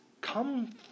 come